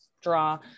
draw